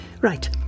Right